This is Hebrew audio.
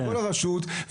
הרשות.